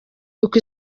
uko